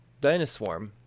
dinosaur